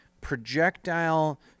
projectile